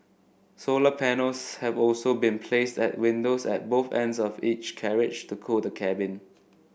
solar panels have also been placed at windows at both ends of each carriage to cool the cabin